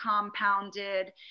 compounded